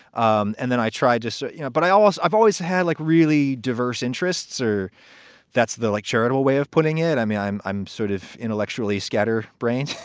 um and then i tried to say, you know, but i always i've always had, like, really diverse interests or that's the, like, charitable way of putting it. i mean, i'm i'm sort of intellectually scatter brained.